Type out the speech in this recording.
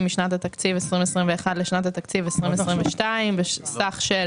משנת התקציב 2021 לשנת התקציב 2022 בסך של